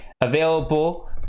available